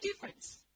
difference